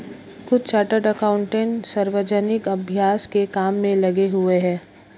कुछ chartered accountant सार्वजनिक अभ्यास के काम में लगे हुए हैं